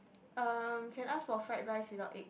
um can ask for fried rice without egg